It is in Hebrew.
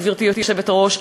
גברתי היושבת-ראש,